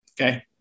Okay